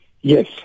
Yes